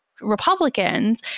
Republicans